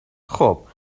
خوب